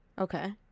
Okay